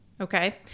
Okay